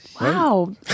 Wow